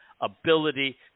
ability